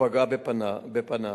ופגעה בפניו.